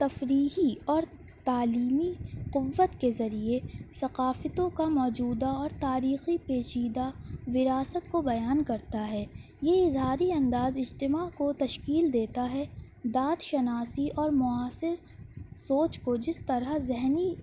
تفریحی اور تعلیمی قوت کے ذریعے ثقافتوں کا موجودہ اور تاریخی پیچیدہ وراثت کو بیان کرتا ہے یہ اظہاری انداز اجتماع کو تشکیل دیتا ہے داد شناسی اور معاصر سوچ کو جس طرح ذہنی